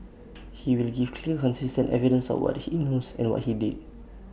he will give clear consistent evidence of what he knows and what he did